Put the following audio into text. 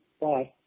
Bye